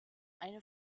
eine